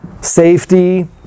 safety